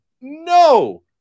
No